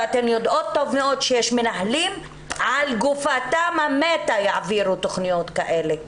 ואתן יודעות טוב מאוד שיש מנהלים שעל גופתם המתה יעבירו תוכניות כאלה,